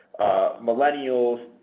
millennials